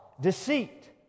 deceit